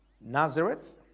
Nazareth